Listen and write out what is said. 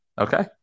okay